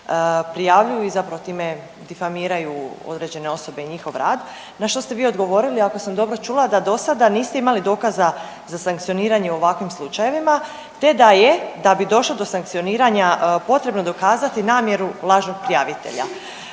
prijavljuju i zapravo time difamiraju određene osobe i njihov rad, na što ste vi odgovorili ako sam dobro čula da dosada niste imali dokaza za sankcioniranje u ovakvim slučajevima te da je da bi došlo do sankcioniranja potrebno dokazati namjeru lažnog prijavitelja.